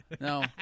No